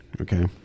okay